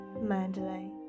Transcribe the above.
Mandalay